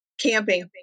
camping